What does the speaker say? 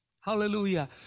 Hallelujah